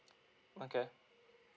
okay